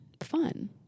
fun